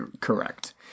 correct